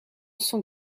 son